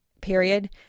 period